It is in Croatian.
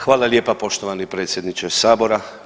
Hvala lijepa poštovani predsjedniče sabora.